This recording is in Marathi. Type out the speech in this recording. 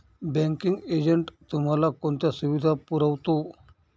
बँकिंग एजंट तुम्हाला कोणत्या सुविधा पुरवतो?